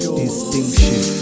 distinction